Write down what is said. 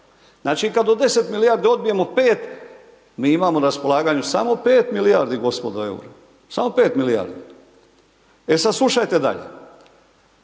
Znači, kad od 10 milijardi odbijemo 5, mi imao na raspolaganju samo 5 milijardi, gospodo, EUR-a. Samo